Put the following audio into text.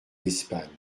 l’espagne